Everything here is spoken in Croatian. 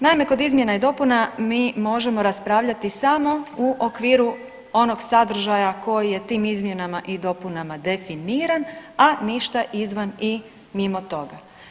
Naime, kod izmjena i dopuna mi možemo raspravljati samo u okviru onog sadržaja koji je tim izmjenama i dopunama definiran, a ništa izvan i mimo toga.